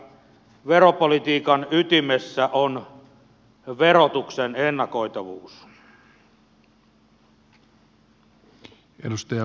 veropolitiikan ytimessä on verotuksen ennakoitavuus